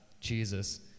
Jesus